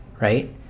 Right